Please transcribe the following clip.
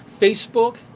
Facebook